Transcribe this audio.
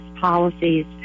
policies